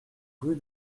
rue